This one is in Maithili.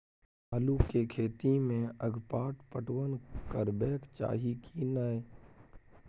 आलू के खेती में अगपाट पटवन करबैक चाही की नय?